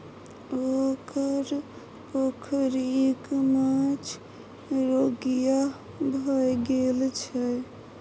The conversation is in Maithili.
ओकर पोखरिक माछ रोगिहा भए गेल छै